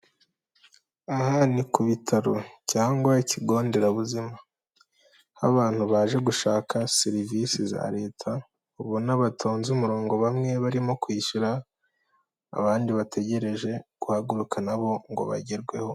Aha ni ku bitaro cyangwa ikigo nderabuzima. Abantu baje gushaka serivise za leta ubona batonze umurongo bamwe barimo kwishyura abandi bategereje guhaguruka nabo ngo bagerweho.